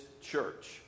church